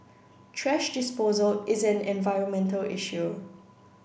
thrash disposal is an environmental issue